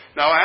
Now